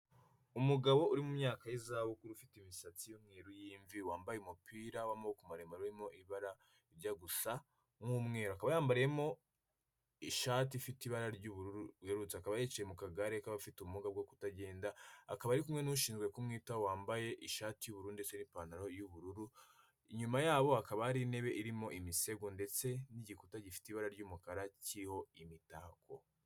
Umugabo uri mu myaka y'izabukuru ufite imisatsi yumweru y'imvi wambaye umupira w'amaboko maremarerimo ibara rijya gusa n'umweru, akaba yambayemo ishati ifite ibara ry'ubururu uherutse akaba yicaye mu kagare k'abafite ubumuga bwo kutagenda, akaba ari kumwe n'ushinzwe kumwitaho wambaye ishati y'uburu ndetse n'ipantaro y'ubururu; inyuma yabo hakaba hari intebe irimo imisego ndetse n'igikuta gifite ibara ry'umukara kiriho imitako.